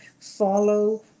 follow